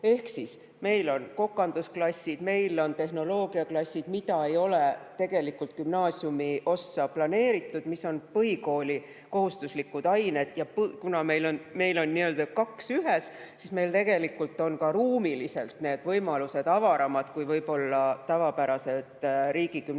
Ehk siis meil on kokandusklassid, meil on tehnoloogiaklassid, mida ei ole tegelikult gümnaasiumiossa planeeritud, aga mis on põhikooli kohustuslikud ained. Kuna meil on nii-öelda kaks ühes, siis meil tegelikult on ka ruumiliselt need võimalused avaramad kui võib-olla tavapäraselt riigigümnaasiumide